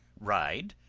ride,